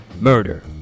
murder